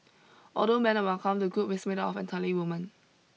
although men are welcome the group is made up of entirely women